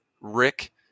Rick